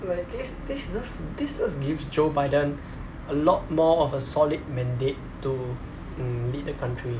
like this this jus~ this just gives joe biden a lot more of a solid mandate to mm lead the country